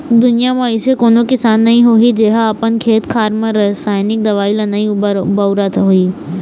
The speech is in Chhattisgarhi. दुनिया म अइसे कोनो किसान नइ होही जेहा अपन खेत खार म रसाइनिक दवई ल नइ बउरत होही